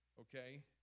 okay